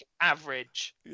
average